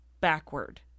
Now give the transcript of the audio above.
backward